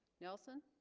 nelson